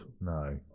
No